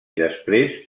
després